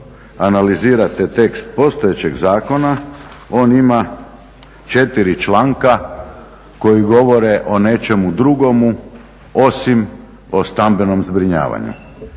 analizirate tekst postojećeg zakona on ima 4 članka koji govore o nečemu drugomu osim o stambenom zbrinjavanju.